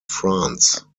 france